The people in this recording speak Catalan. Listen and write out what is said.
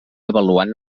avaluant